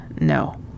no